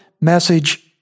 message